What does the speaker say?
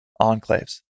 enclaves